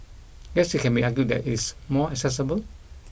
guess it can be argued that it's more accessible